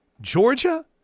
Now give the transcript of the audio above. Georgia